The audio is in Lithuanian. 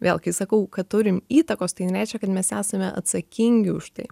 vėl kai sakau kad turim įtakos tai nereiškia kad mes esame atsakingi už tai